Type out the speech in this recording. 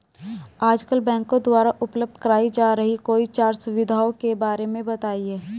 आजकल बैंकों द्वारा उपलब्ध कराई जा रही कोई चार सुविधाओं के बारे में बताइए?